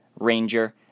Ranger